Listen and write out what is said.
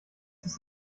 ist